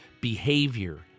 behavior